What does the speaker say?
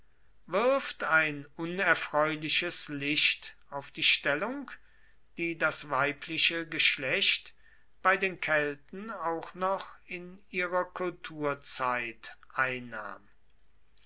wirft ein unerfreuliches licht auf die stellung die das weibliche geschlecht bei den kelten auch noch in ihrer kulturzeit einnahm